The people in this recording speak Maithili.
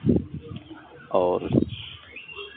आओर